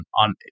on